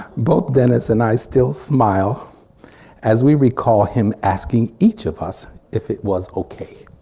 both dennis and i still smile as we recall him asking each of us if it was ok.